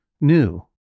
new